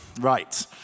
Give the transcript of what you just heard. Right